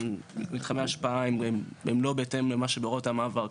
מתחמי השפעה הם לא בהתאם למה שבהוראות המעבר קבועים.